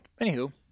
anywho